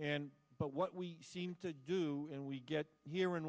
and but what we seem to do and we get here in